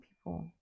people